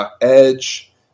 Edge